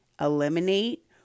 Eliminate